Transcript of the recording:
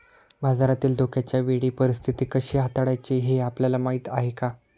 बाजारातील धोक्याच्या वेळी परीस्थिती कशी हाताळायची हे आपल्याला माहीत आहे का?